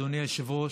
אדוני היושב-ראש,